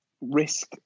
risk